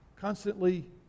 constantly